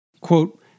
Quote